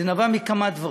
זה נבע מכמה דברים,